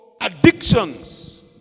addictions